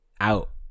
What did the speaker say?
out